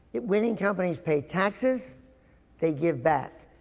if winning companies pay taxes they give back.